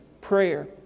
prayer